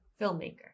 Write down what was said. filmmaker